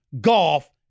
golf